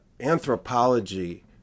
anthropology